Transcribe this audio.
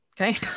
Okay